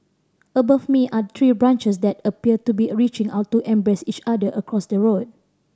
above me are tree branches that appear to be a reaching out to embrace each other across the road